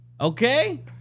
okay